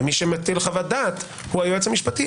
ומי שמטיל חוות דעת הוא היועץ המשפטי,